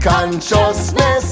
Consciousness